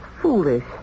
foolish